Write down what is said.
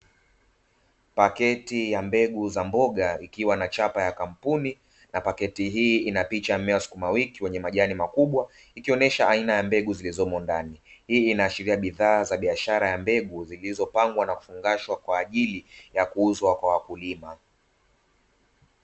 Paketi ya mbegu za mboga ikiwa na chapa ya kampuni na paketi hii inapicha mmea sukumawiki wenye majani makubwa ikionyesha aina ya mbegu zilizomo ndani. Hii inaashiria bidhaa za biashara ya mbegu zilizopangwa na kufungashwa kwa ajili ya kuuzwa kwa wakulima.